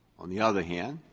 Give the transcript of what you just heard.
on the other hand,